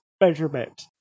measurement